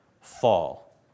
fall